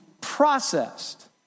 processed